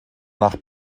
nach